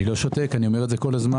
אני לא שותק, אני אומר את זה כל הזמן.